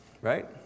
right